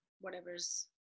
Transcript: whatever's